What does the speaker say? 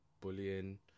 bullying